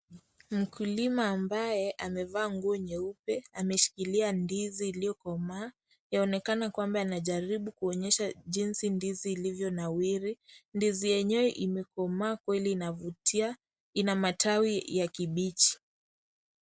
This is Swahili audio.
Mkulima ambaye amevaa nguo nyeupe ameshikilia ndizi iliyokomaa yaonekana kwamba anajaribu kuonyesha jinsi ndizi ilivyonawiri, ndizi yenyewe imekomaa kweli inavutia, ina matawi ya kibichi.